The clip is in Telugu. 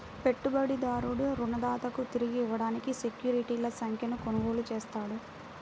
పెట్టుబడిదారుడు రుణదాతకు తిరిగి ఇవ్వడానికి సెక్యూరిటీల సంఖ్యను కొనుగోలు చేస్తాడు